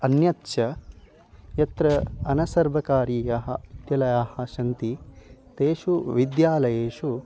अन्यच्च यत्र अनसर्वकारीयाः विद्यलयाः सन्ति तेषु विद्यालयेषु